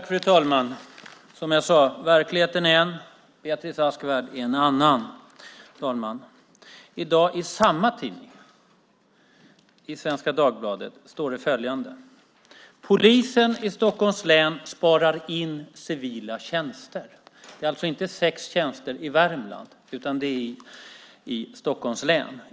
Fru talman! Som jag sade: Verkligheten finns i en värld, Beatrice Ask i en annan. I dagens Svenska Dagbladet står följande: "Polisen i Stockholm sparar in civila tjänster." Det handlar alltså inte om sex tjänster i Värmland utan i Stockholms län.